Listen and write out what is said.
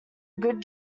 good